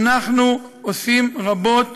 אנחנו עושים רבות